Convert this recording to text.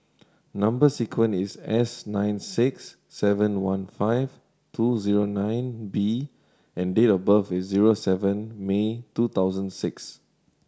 number sequence is S nine six seven one five two zero nine B and date of birth is zero seven May two thousand six